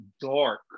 dark